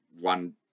one